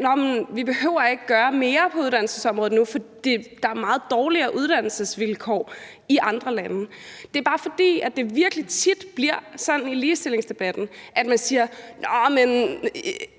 Nåh, men vi behøver ikke at gøre mere på uddannelsesområdet nu, for der er meget dårligere uddannelsesvilkår i andre lande. Det er bare, fordi det virkelig tit bliver sådan i ligestillingsdebatten, at man f.eks.